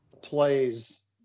plays